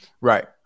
Right